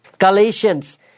Galatians